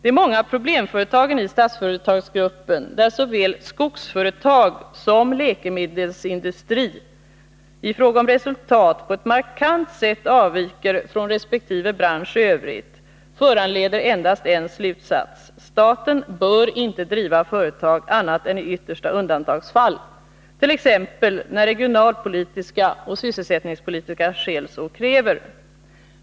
De många problemföretagen i Statsföretagsgruppen, där såväl skogsföretag som läkemedelsindustri i fråga om resultat på ett markant sätt avviker från resp. bransch i övrigt, föranleder endast en slutsats: staten bör inte driva företag annat än i yttersta undantagsfall, t.ex. när regionalpolitiska och sysselsättningspolitiska skäl så kräver.